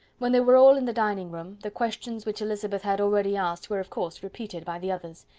when they were all in the drawing-room, the questions which elizabeth had already asked were of course repeated by the others,